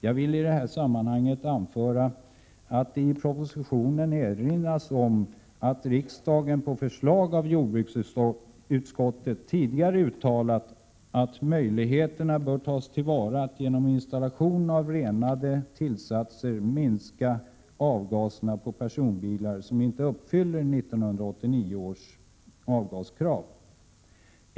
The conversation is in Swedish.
Jag vill i detta sammanhang anföra att det i propositionen erinras om att riksdagen på förslag av jordbruksutskottet tidigare uttalat att möjligheterna bör tas till vara att genom installation av renande tillsatser minska avgaserna på personbilar som inte uppfyller 1989 års avgaskrav.